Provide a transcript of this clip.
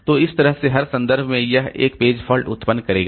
तो इस तरह से हर संदर्भ में यह 1 पेज फॉल्ट उत्पन्न करेगा